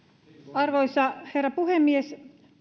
arvoisa herra puhemies